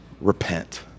repent